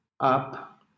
up